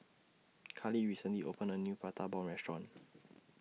Karley recently opened A New Prata Bomb Restaurant